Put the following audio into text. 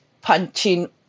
punching